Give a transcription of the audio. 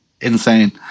insane